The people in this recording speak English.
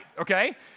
okay